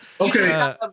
Okay